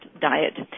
diet